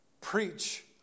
preach